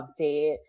update